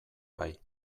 bai